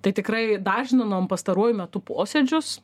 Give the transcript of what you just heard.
tai tikrai dažninam pastaruoju metu posėdžius